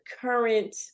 current